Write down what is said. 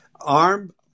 arm